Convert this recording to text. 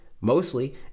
mostly